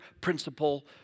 principle